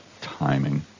timing